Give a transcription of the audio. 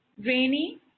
Rainy